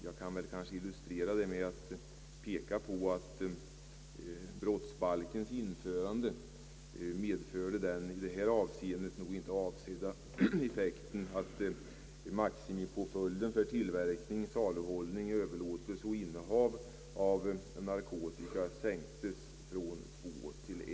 Jag kan illustrera detta med att peka på att införande av brottsbalken i detta avseende medförde att den då maximerade påföljden för tillverkning, saluhållning, överlåtelse och innehav av narkotika sänktes från två till ett år.